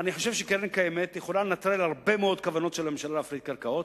הקרן הקיימת תוכל לנטרל הרבה מאוד כוונות של הממשלה להפריט קרקעות,